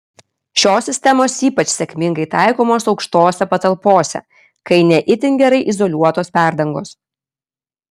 šios sistemos ypač sėkmingai taikomos aukštose patalpose kai ne itin gerai izoliuotos perdangos